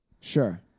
Sure